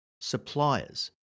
suppliers